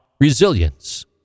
resilience